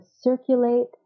circulate